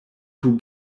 two